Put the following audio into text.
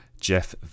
Jeff